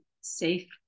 safe